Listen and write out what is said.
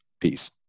Peace